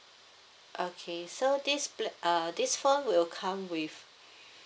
okay so this pl~ uh this phone will come with